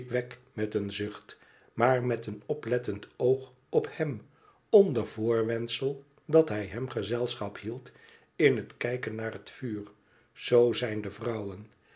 wegg met een zucht maar met een oplettend oog op hem onder voorwendsel dat hij hem gezelschap hield in het kijken naar het vuur zoo zijn de vrouwen